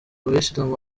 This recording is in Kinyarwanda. abayisilamu